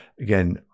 Again